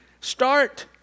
Start